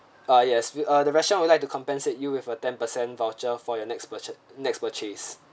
ah yes we ah the restaurant would like to compensate you with a ten per cent voucher for your next purchase next purchase